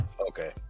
Okay